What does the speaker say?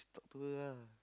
talk to her lah